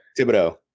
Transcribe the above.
Thibodeau